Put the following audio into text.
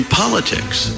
politics